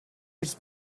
its